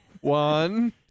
One